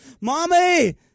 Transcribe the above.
Mommy